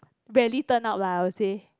very turn out lah I would say